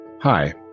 Hi